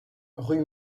rue